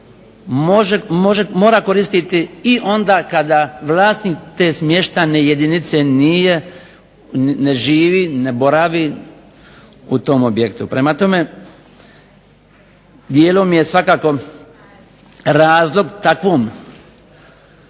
mora koristiti i onda kada vlasnik te smještajne jedinice ne živi, ne boravi u tom objektu. Prema tome, dijelom je svakako razlog takvom